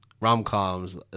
rom-coms